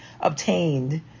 obtained